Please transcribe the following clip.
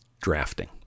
Drafting